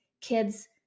kids